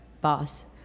boss